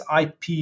IP